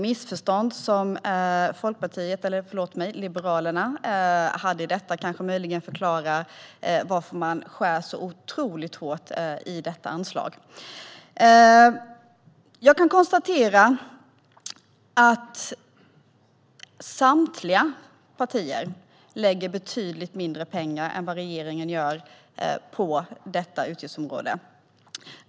Liberalernas missförstånd kan möjligen förklara varför man skär så otroligt hårt i detta anslag. Samtliga partier avsätter betydligt mindre pengar än vad regeringen gör på detta utgiftsområde.